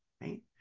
right